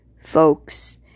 folks